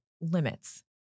limits